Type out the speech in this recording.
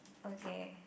okay